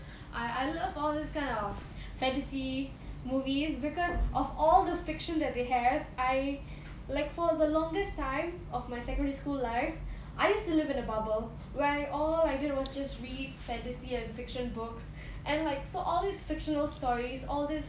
I love all this kind of fantasy movies because of all the fiction that they have I like for the longest time of my secondary school life I used to live in a bubble where all I did was just read fantasy and fiction books and like so all these fictional stories all these